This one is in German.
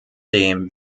dem